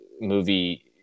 movie